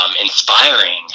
inspiring